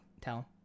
tell